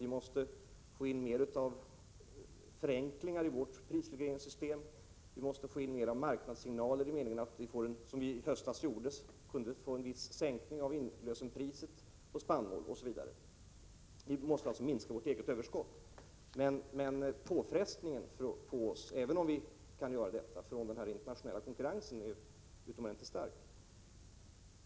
Vi måste få in mer av förenklingar i vårt prisregleringssystem. Vi måste få in mer av marknadssignaler, som när vi i höstas kunde få en viss sänkning av inlösenpriset på spannmål osv. Vi måste alltså minska vårt eget överskott. Men även om vi kan göra det är påfrestningen på oss från den internationella konkurrensen utomordentligt stark.